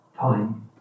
time